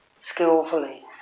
skillfully